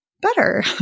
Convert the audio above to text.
better